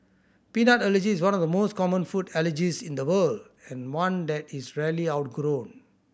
peanut allergy is one of the most common food allergies in the world and one that is rarely outgrown